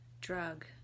drug